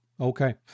Okay